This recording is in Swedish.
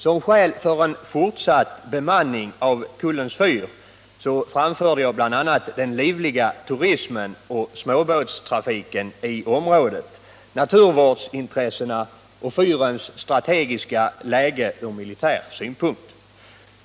Som skäl för en fortsatt bemanning av Kullens fyr anförde jag bl.a. den livliga turismen och småbåtstrafiken i området, naturvårdsintressena och fyrens strategiska läge från militär synpunkt.